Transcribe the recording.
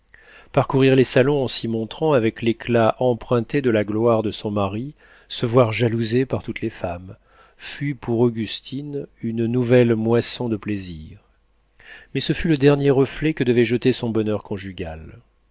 parcourir les salons en s'y montrant avec l'éclat emprunté de la gloire de son mari se voir jalousée par toutes les femmes fut pour augustine une nouvelle moisson de plaisirs mais ce fut le dernier reflet que devait jeter son bonheur conjugal